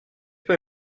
pas